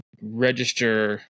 register